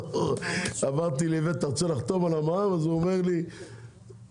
למשרד ושאל אם אני רוצה לחתום על המע"מ אמרתי לו לא,